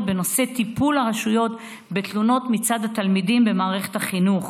בנושא טיפול הרשויות בתלונות מצד התלמידים במערכת החינוך.